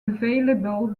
available